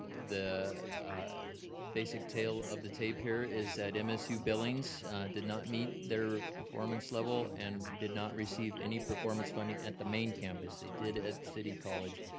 the basic tale of the tape here is that msu billings did not meet their performance level and did not receive any performance funding at the main campus. they did at city college.